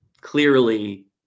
clearly